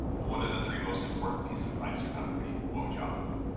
what are the three most important pieces of advice you have for me? what would you offer them?